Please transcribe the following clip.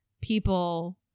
people